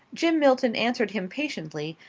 jim milton answered him patiently,